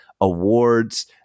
awards